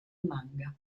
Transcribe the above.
manga